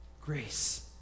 Grace